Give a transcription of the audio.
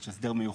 יש הסדר מיוחד.